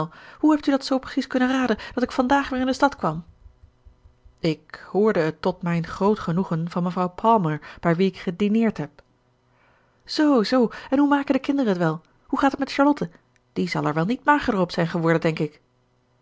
hoe hebt u dat zoo precies kunnen raden dat ik vandaag weer in de stad kwam ik hoorde het tot mijn groot genoegen van mevrouw palmer bij wie ik gedineerd heb zoo zoo en hoe maken de kinderen het wel hoe gaat het met charlotte die zal er wel niet magerder op zijn geworden denk ik